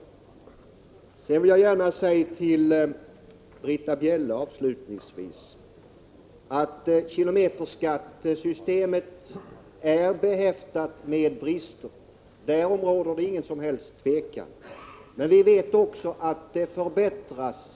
Avslutningsvis vill jag gärna säga till Britta Bjelle att kilometerskattesystemet är behäftat med brister — därom råder inget som helst tvivel — men vi vet också att det ständigt förbättras.